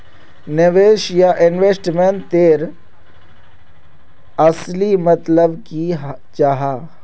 निवेश या इन्वेस्टमेंट तेर असली मतलब की जाहा?